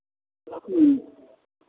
ह्म्म